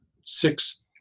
six